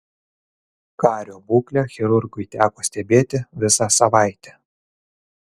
kario būklę chirurgui teko stebėti visą savaitę